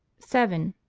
seven.